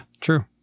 true